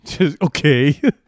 okay